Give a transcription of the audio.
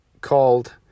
called